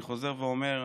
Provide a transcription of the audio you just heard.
אני חוזר ואומר,